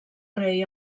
rei